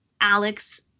Alex